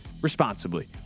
responsibly